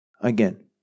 Again